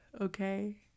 okay